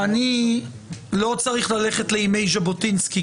אני לא צריך ללכת לימי ז'בוטינסקי,